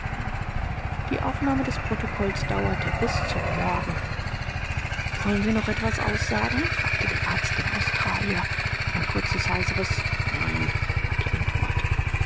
die aufnahme des protokolls dauerte bis zum morgen wollen sie noch etwas aussagen fragte der arzt den australier ein kurzes heiseres nein war die antwort